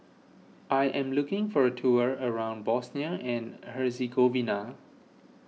I am looking for a tour around Bosnia and Herzegovina